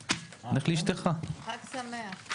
שמח,